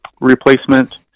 replacement